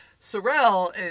Sorel